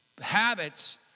Habits